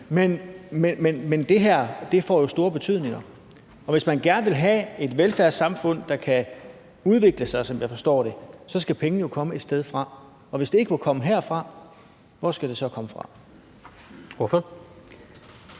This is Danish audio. men det her får jo en stor betydning. Og hvis man gerne vil have et velfærdssamfund, der kan udvikle sig, som jeg forstår det, skal pengene jo komme et sted fra, og hvis ikke de må komme herfra, hvor skal de så komme fra? Kl.